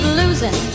losing